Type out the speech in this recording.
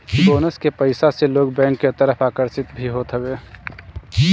bonus के पईसा से लोग बैंक के तरफ आकर्षित भी होत हवे